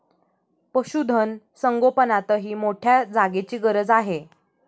पशुधन संगोपनातही मोठ्या जागेची गरज आहे